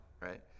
right